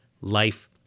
life